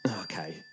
Okay